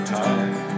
time